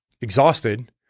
exhausted